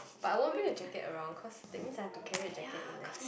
but I won't bring a jacket around because that means I have to carry a jacket in the heat